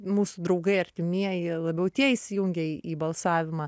mūsų draugai artimieji labiau tie įsijungė į balsavimą